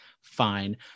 fine